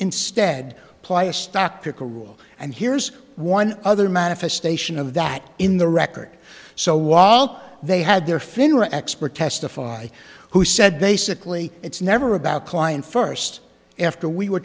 instead ply a stock picker rule and here's one other manifestation of that in the record so while they had their finger expert testify who said basically it's never about client first after we were